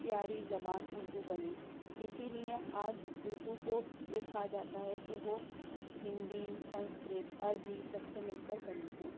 پیاری زبان اُردو بنی اِسی لئے آج اُردو کو یہ کہا جاتا ہے کہ وہ ہندی سنسکرت عربی سب سے مل کر بنی ہے